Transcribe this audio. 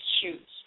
shoes